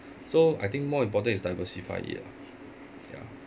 so I think more important is diversify it ah ya